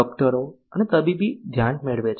ડોકટરો અને તબીબી ધ્યાન મેળવે છે